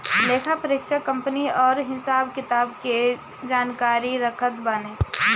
लेखापरीक्षक कंपनी कअ हिसाब किताब के जानकारी रखत बाने